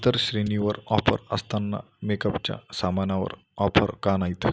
इतर श्रेणीवर ऑफर असताना मेकअपच्या सामानावर ऑफर का नाहीत